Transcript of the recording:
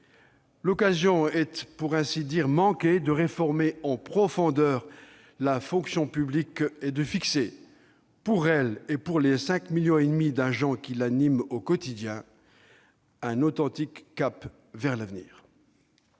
L'occasion est pour ainsi dire manquée de réformer en profondeur la fonction publique et de fixer, pour elle et pour les 5,5 millions d'agents qui l'animent au quotidien, un authentique cap vers l'avenir.